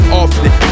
often